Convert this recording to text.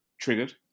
triggered